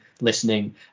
listening